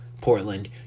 Portland